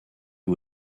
you